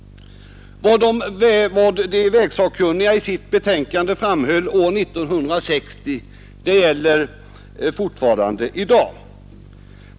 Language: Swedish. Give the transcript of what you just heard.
Vad de vägsakkunniga i sitt betänkande framhöll år 1960 gäller fortfarande i dag.